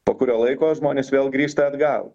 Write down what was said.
po kurio laiko žmonės vėl grįžta atgal